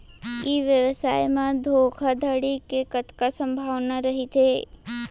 ई व्यवसाय म धोका धड़ी के कतका संभावना रहिथे?